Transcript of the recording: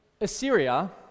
Assyria